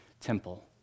temple